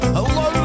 Hello